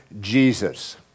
Jesus